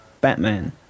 Batman